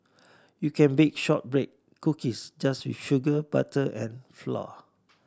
you can bake shortbread cookies just with sugar butter and flour